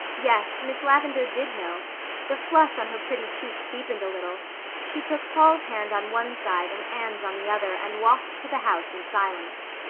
yes, miss lavendar did know the flush on her pretty cheeks deepened a little she took paul's hand on one side and anne's on the other and walked to the house in silence.